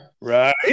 Right